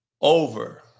over